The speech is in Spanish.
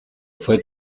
fue